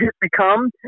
become